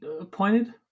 appointed